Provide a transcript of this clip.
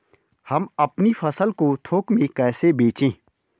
हम अपनी फसल को थोक में कैसे बेचें?